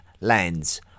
lands